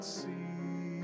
see